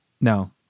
no